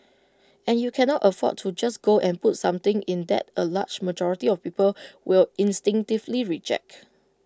and you cannot afford to just go and put something in that A large majority of people will instinctively reject